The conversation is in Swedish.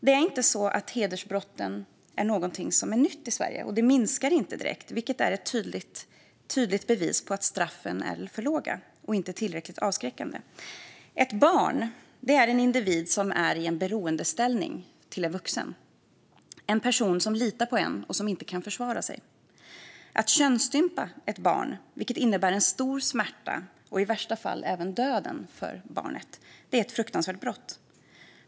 Det är inte så att hedersbrotten är något nytt i Sverige, och de minskar inte direkt i antal. Det är ett tydligt bevis på att straffen är för låga och inte tillräckligt avskräckande. Ett barn är en individ som är i beroendeställning till en vuxen. Det är en person som litar på en vuxen och som inte kan försvara sig. Att könsstympa ett barn, vilket innebär en stor smärta och i värsta fall även döden för barnet, är ett fruktansvärt brott.